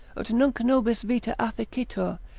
ut nunc nobis vita afficitur,